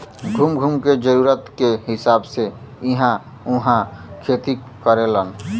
घूम घूम के जरूरत के हिसाब से इ इहां उहाँ खेती करेलन